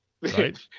Right